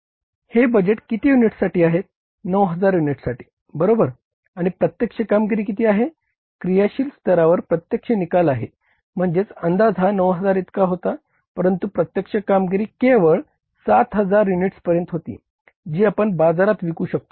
हे बजेट किती युनिट्ससाठी आहे 9000 युनिट्ससाठी बरोबर आणि प्रत्यक्ष कामगिरी किती आहे क्रियाशील स्तरावर प्रत्यक्ष निकाल आहे म्हणजेच अंदाज हा 9000 इतका होता परंतु प्रत्यक्ष कामगिरी केवळ 7000 युनिट्सपर्यंत होती जी आपण बाजारात विकू शकतोत